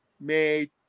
made